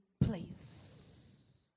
place